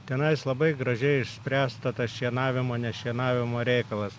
tenais labai gražiai išspręsta ta šienavimo ne šienavimo reikalas